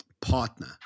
partner